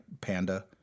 Panda